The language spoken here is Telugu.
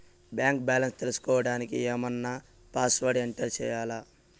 బ్యాంకు బ్యాలెన్స్ తెలుసుకోవడానికి ఏమన్నా పాస్వర్డ్ ఎంటర్ చేయాలా?